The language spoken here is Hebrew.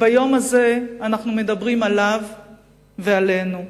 וביום הזה אנחנו מדברים עליו, ועלינו.